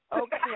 Okay